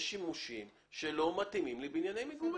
שימושים שלא מתאימים לבנייני מגורים.